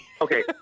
Okay